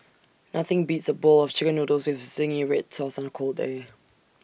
nothing beats A bowl of Chicken Noodles with Zingy Red Sauce on A cold day